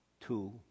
two